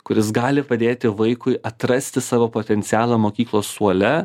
kuris gali padėti vaikui atrasti savo potencialą mokyklos suole